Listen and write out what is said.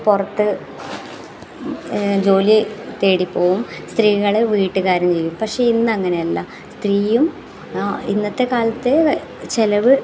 പുറത്ത് ജോലി തേടിപ്പോകും സ്ത്രീകൾ വീട്ട് കാര്യം ചെയ്യും പക്ഷേ ഇന്ന് അങ്ങനെയല്ല സ്ത്രീയും ഇന്നത്തെ കാലത്തെ ചിലവ്